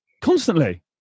constantly